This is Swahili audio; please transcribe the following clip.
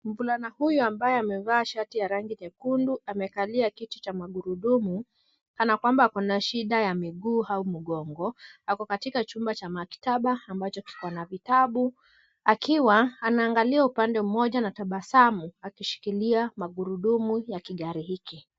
Mvulana huyu ambaye amevaa shati ya rangi nyekundu amekalia kiti cha magurudumu, kana kwamba ako na shida ya miguu au mgongo. Ako katika chumba cha maktaba ambacho kiko na vitabu, akiwa anaangalia upande moja na tabasamu akishikilia magurudumu ya kigari hiki.